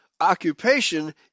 Occupation